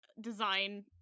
design